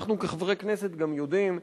אנחנו כחברי כנסת גם יודעים,